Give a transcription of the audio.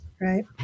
Right